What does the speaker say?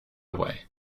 away